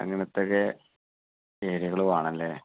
അങ്ങനത്തെ ഒക്കെ ഏരിയകൾ വേണം അല്ലേ